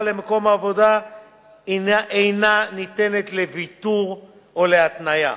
למקום העבודה אינה ניתנת לוויתור או להתניה.